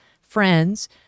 friends